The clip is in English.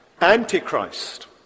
Antichrist